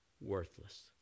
worthless